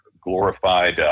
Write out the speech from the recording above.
glorified